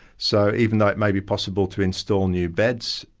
so even though it may be possible to install new beds,